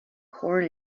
corn